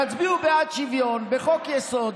תצביעו בעד שוויון בחוק-יסוד,